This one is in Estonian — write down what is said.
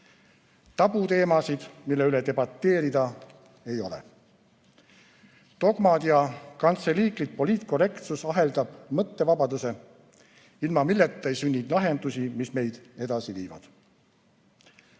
Tabuteemasid, mille üle debateerida, ei ole. Dogmad ja kantseliitlik poliitkorrektsus aheldab mõttevabaduse, ilma milleta ei sünni lahendusi, mis meid edasi viivad.